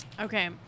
Okay